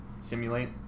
simulate